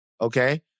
Okay